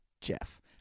Jeff